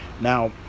Now